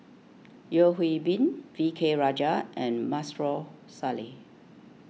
Yeo Hwee Bin V K Rajah and Maarof Salleh